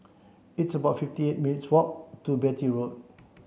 it's about fifty eight minutes' walk to Beatty Road